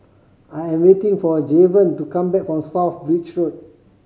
I am waiting for Javen to come back from South Bridge Road